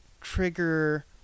trigger